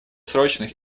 срочных